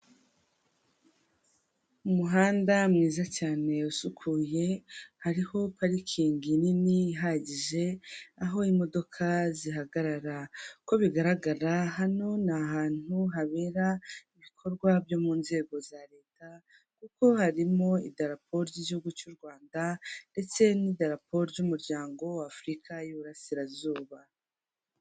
Umuhanda mwiza cyane usukuye hariho parikingi nini ihagije aho imodoka zihagarara, uko bigaragara hano ni ahantu habera ibikorwa byo mu nzego za leta kuko harimo idarapo ry'igihugu cy'u Rwanda ndetse n'idarapo ry'umuryango w'Afurika y'iburasirazuba.